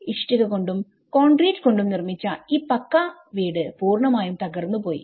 ഇഷ്ടിക കൊണ്ടും കോൺക്രീറ്റ് കൊണ്ടും നിർമിച്ച ഈ പക്കാ വീട് പൂർണമായും തകർന്ന്പോയി